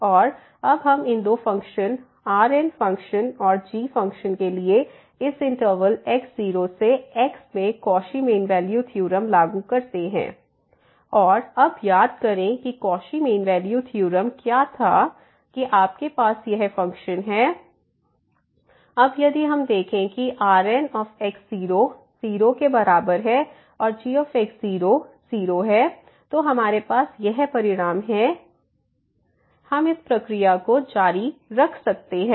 और अब हम इन दो फ़ंक्शन Rn फ़ंक्शन और g फ़ंक्शन के लिए इस इंटरवल x0 से x में कौशी मीन वैल्यू थ्योरम लागू करते हैं और अब याद करें कि कौशी मीन वैल्यू थ्योरम क्या था कि आपके पास यह फ़ंक्शन Rnx Rnx0gx gRn1g1 अब यदि हम देखें कि Rnx00 और gx00 है तो हमारे पास यह परिणाम है कि ⟹RnxgxRn1g1x01x हम इस प्रक्रिया को जारी रख सकते हैं